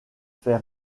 fait